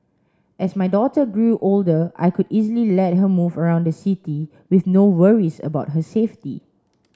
as my daughter grew older I could easily let her move around the city with no worries about her safety